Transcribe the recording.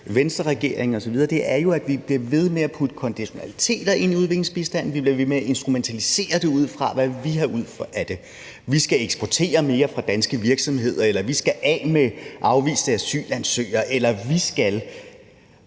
Venstreregeringen osv. Vi bliver jo ved med at putte konditionaliteter ind i udviklingsbistanden, vi bliver ved med at instrumentalisere det ud fra, hvad vi har ud af det, altså at vi skal eksportere mere fra danske virksomheders side eller vi skal af med afviste asylansøgere eller vi skal